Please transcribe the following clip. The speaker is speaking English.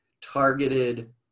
targeted